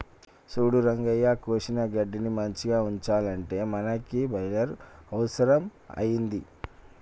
సూడు రంగయ్య కోసిన గడ్డిని మంచిగ ఉంచాలంటే మనకి బెలర్ అవుసరం అయింది